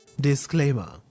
disclaimer